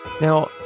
Now